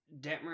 Detmer